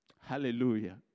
Hallelujah